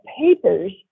papers